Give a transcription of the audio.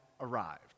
arrived